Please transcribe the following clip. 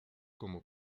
como